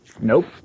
Nope